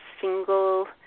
single